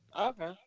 Okay